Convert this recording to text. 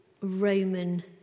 Roman